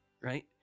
right